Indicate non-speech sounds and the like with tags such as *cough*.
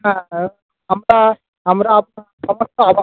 হ্যাঁ আমরা আমরা *unintelligible*